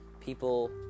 People